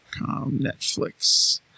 Netflix